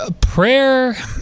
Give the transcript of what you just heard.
Prayer